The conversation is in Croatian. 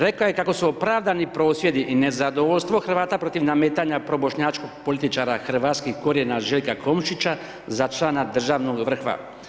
Rekao je kako su opravdani prosvjedi i nezadovoljstvo Hrvata protiv nametanja probošnjačkog političara hrvatskih korijena Željka Komšića za člana državnog vrha.